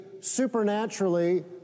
supernaturally